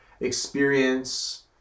experience